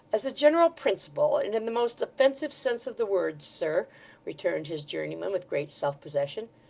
as a general principle, and in the most offensive sense of the words, sir returned his journeyman with great self-possession,